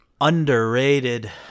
Underrated